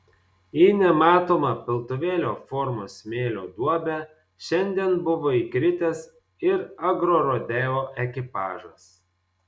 į nematomą piltuvėlio formos smėlio duobę šiandien buvo įkritęs ir agrorodeo ekipažas